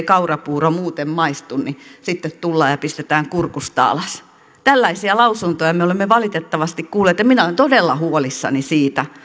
kaurapuuro muuten maistu niin sitten tullaan ja pistetään kurkusta alas tällaisia lausuntoja me olemme valitettavasti kuulleet ja minä olen todella huolissani siitä